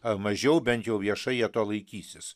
ar mažiau bent jau viešai jie to laikysis